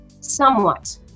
Somewhat